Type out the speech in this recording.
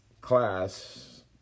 class